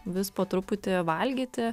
vis po truputį valgyti